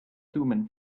thummim